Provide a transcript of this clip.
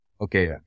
okay